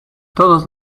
todos